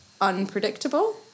unpredictable